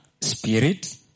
spirit